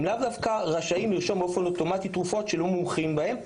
הם לאו דווקא רשאים לרשום באופן אוטומטי תרופות שלא מומחים בהם,